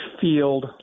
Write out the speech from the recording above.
Field